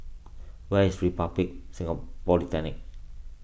where is Republic Polytechnic